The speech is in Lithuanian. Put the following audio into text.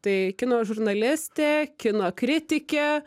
tai kino žurnalistė kino kritikė